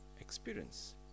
experience